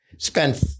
Spend